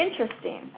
interesting